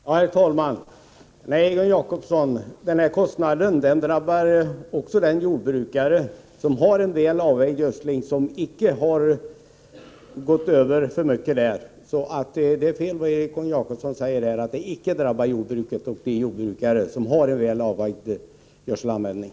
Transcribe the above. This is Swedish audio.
Herr talman! Nej, Egon Jacobsson, den här kostnaden drabbar också den jordbrukare som har en väl avvägd gödsling och icke har tagit till för stora mängder. Det är fel det Egon Jacobsson säger, att det icke drabbar de jordbrukare som har en väl avvägd gödselanvändning.